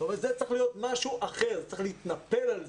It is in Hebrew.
זה צריך להיות משהו אחר, צריך להתנפל על זה.